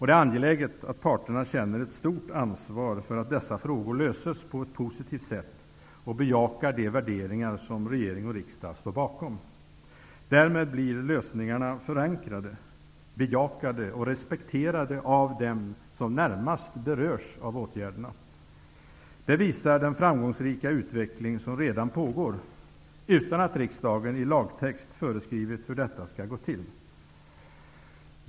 Det är angeläget att parterna känner ett stort ansvar för att dessa frågor löses på ett positivt sätt och bejakar de värderingar som regering och riksdag står bakom. Därmed blir lösningarna förankrade, bejakade och respekterade av dem som närmast berörs av åtgärderna. Det visar den framgångsrika utveckling som redan pågår -- utan att riksdagen i lagtext föreskrivit hur detta skall gå till.